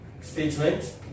statement